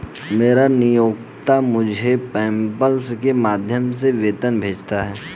मेरा नियोक्ता मुझे पेपैल के माध्यम से वेतन भेजता है